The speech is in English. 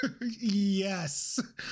Yes